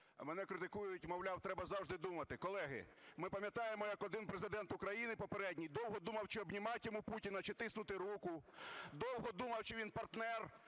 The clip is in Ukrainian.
Мене критикують, мовляв, треба завжди думати. Колеги, ми пам'ятаємо, як один Президент України попередній довго думав, чи обіймати йому Путіна, чи тиснути руку, довго думав, чи він партнер